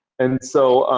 and so,